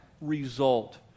result